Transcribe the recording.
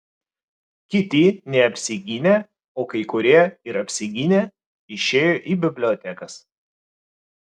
kiti neapsigynę o kai kurie ir apsigynę išėjo į bibliotekas